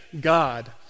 God